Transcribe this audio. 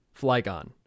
Flygon